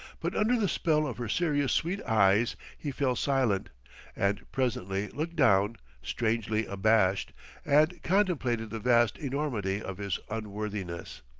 but under the spell of her serious sweet eyes, he fell silent and presently looked down, strangely abashed and contemplated the vast enormity of his unworthiness.